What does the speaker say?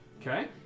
Okay